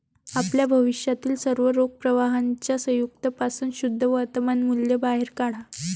आपल्या भविष्यातील सर्व रोख प्रवाहांच्या संयुक्त पासून शुद्ध वर्तमान मूल्य बाहेर काढा